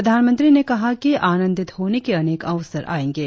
प्रधानमंत्री ने कहा कि आंनदित होने के अनेक अवसर आएंगे